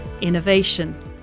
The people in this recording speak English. innovation